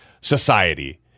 society